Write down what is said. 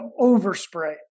overspray